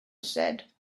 said